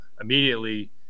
immediately